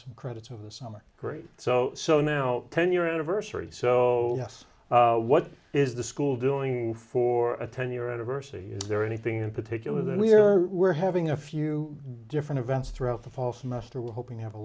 some credits over the summer great so so now ten year anniversary so yes what is the school doing for a ten year anniversary is there anything in particular that we're we're having a few different events throughout the fall semester we're hoping to have a